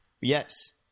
Yes